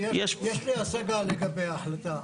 יש לי השגה לגבי ההחלטה.